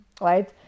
Right